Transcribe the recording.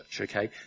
okay